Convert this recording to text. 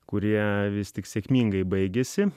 kurie vis tik sėkmingai baigėsi